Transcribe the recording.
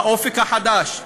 "אופק חדש".